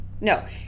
no